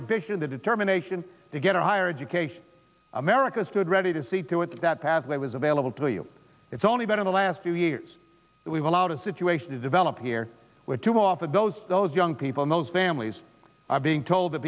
ambition the determination to get a higher education america stood ready to see to it that pathway was available to you it's only been in the last few years that we've allowed a situation to develop here where too often those those young people in those families are being told that